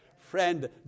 Friend